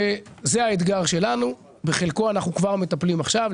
בחלק מהאתגר הזה אנחנו כבר מטפלים עכשיו,